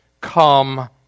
come